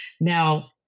Now